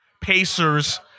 Pacers